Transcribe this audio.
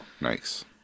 Nice